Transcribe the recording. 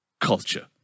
culture